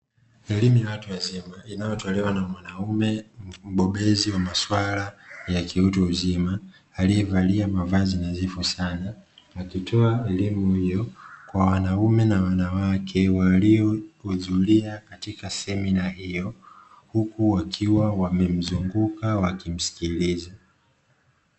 Elimu ya watu wazima inayotolewa na mwanaume mbobezi wa masuala ya kiutu uzima, aliyevalia mavazi nadhifu sana akitoa elimu hiyo kwa wanaume na wanawake, waliohudhuria katika semina hiyo huku wakiwa wamemzunguka wanamsikiliza.